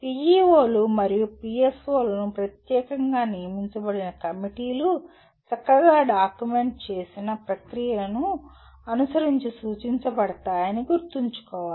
PEO లు మరియు PSO లను ప్రత్యేకంగా నియమించబడిన కమిటీలు చక్కగా డాక్యుమెంట్ చేసిన ప్రక్రియను అనుసరించి సూచించబడతాయని గుర్తుంచుకోవాలి